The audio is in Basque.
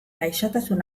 gaixotasun